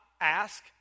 ask